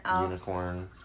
Unicorn